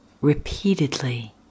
repeatedly